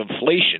inflation